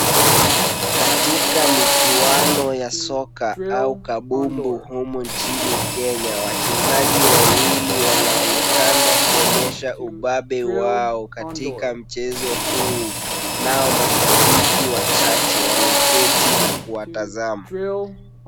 Katika michuano ya soka au kabumbu humu nchini Kenya, wachezaji wawili wanaonekana kuonyesha ubabe wao katika mchezo huu, nao mashabiki wachache wameketi na kuwatazama.